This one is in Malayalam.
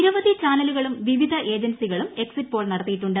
നിരവധി ചാനലുകളും വിവിധ ഏജൻസി കളും എക്സിറ്റ്പോൾ നടത്തിയിട്ടുണ്ട്